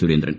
Surendran